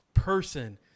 person